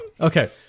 Okay